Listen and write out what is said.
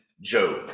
Job